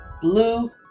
blue